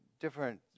different